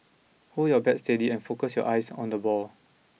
hold your bat steady and focus your eyes on the ball